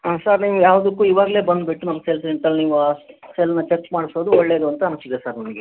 ಹಾಂ ಸರ್ ನೀವು ಯಾವುದಕ್ಕೂ ಈವಾಗಲೇ ಬಂದ್ಬಿಟ್ಟು ನಮ್ಮ ಸೆಲ್ ಸೆಂಟರಲ್ಲಿ ನೀವು ಸೆಲ್ಲನ್ನ ಚಕ್ ಮಾಡಿಸೋದು ಒಳ್ಳೆಯದು ಅಂತ ಅನಿಸ್ತಿದೆ ಸರ್ ನನಗೆ